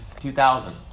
2000